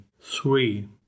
three